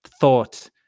thought